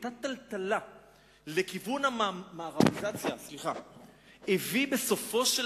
אותה טלטלה לכיוון המערביזציה הביאה בסופו של